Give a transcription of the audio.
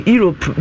Europe